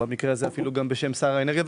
ובמקרה הזה אפילו בשם שר האנרגיה,